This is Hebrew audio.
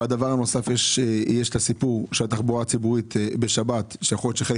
יש את הסיפור של התחבורה הציבורית בשבת שיכול להיות שחלק